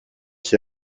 qui